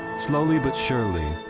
slowly but surely,